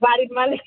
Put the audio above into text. বাড়ির মালিক